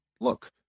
look